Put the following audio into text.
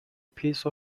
piece